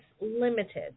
limited